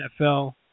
NFL